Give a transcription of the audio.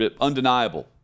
undeniable